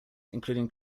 including